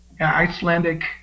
Icelandic